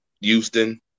Houston